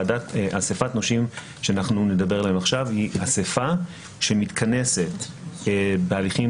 אסיפת נושים שאנחנו נדבר עליה עכשיו היא אסיפה שמתכנסת בהליכי